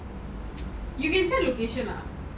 you can set location ah